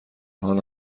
حال